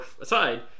aside